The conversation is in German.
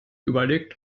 überlegt